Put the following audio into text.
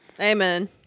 Amen